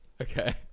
Okay